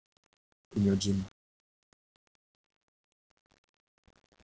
in your gym